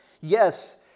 Yes